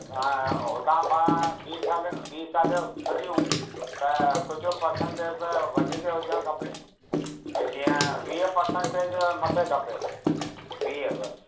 हुतां पाण ॿी साले ॿी साले जो छॾियूं त कुझु पर्सेंटेज त वधीक हुजणु खपे भई जीअं वीह पर्सेंटेज मथे खपे वीह बसि